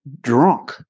drunk